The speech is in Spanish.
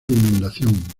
inundación